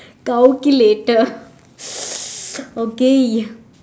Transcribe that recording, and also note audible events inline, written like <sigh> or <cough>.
calculator <noise> okay